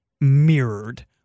Mirrored